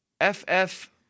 F-F